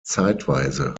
zeitweise